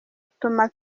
utuma